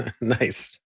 Nice